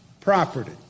property